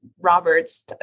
Roberts